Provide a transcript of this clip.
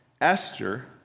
Esther